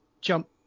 jump